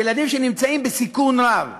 ילדים בסיכון רב,